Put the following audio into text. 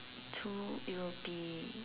to it will be